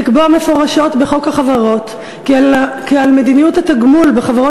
לקבוע מפורשות בחוק החברות כי על מדיניות התגמול בחברות